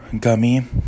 gummy